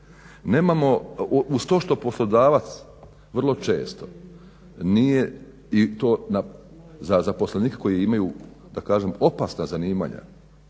takvih. Uz to što poslodavac vrlo često nije i to za zaposlenike koji imaju opasna zanimanja